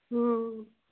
हँ